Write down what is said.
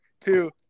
two